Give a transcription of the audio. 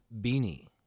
beanie